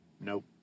Nope